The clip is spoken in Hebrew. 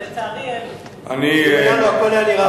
לצערי, אין לו.